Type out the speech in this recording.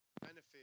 benefit